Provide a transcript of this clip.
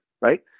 right